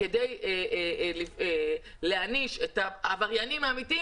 כדי להעניש את העבריינים האמיתיים,